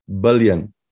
billion